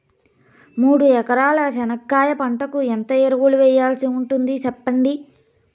మూడు ఎకరాల చెనక్కాయ పంటకు ఎంత ఎరువులు వేయాల్సి ఉంటుంది సెప్పండి?